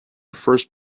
first